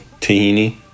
tahini